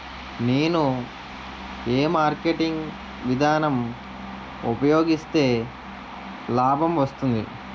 నేను ఏ మార్కెటింగ్ విధానం ఉపయోగిస్తే లాభం వస్తుంది?